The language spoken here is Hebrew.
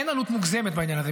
אין עלות מוגזמת בעניין הזה.